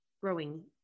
growing